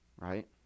right